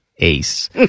ace